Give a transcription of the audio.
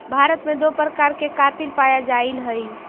भारत में दो प्रकार कातिल पाया जाईल हई